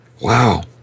wow